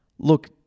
Look